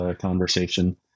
conversation